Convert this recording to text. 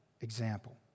example